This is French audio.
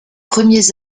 premiers